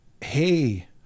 hey